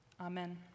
Amen